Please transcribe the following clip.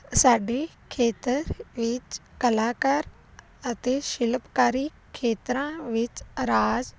ਸਾਡੀ ਖੇਤਰ ਵਿੱਚ ਕਲਾਕਾਰ ਅਤੇ ਸ਼ਿਲਪਕਾਰੀ ਖੇਤਰਾਂ ਵਿੱਚ ਰਾਜ